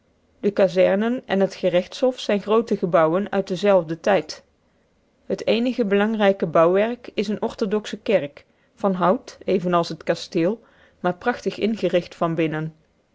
de kazernen en het gerechtshof zijn groote gebouwen uit denzelfden tijd het eenige belangrijke bouwwerk is een orthodoxe kerk van hout evenals het kasteel maar prachtig ingericht van binnen